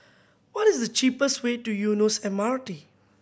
what is the cheapest way to Eunos M R T